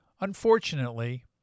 Unfortunately